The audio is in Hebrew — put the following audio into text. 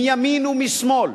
מימין ומשמאל,